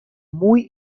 muy